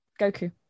Goku